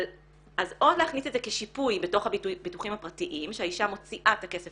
אז או להכניס את זה כשיפוי בתוך הביטוחים הפרטיים שהאישה מוציאה את הכסף